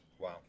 Wow